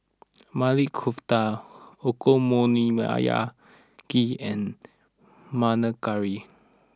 Maili Kofta Okonomiyaki and Panang Curry